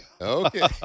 Okay